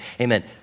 Amen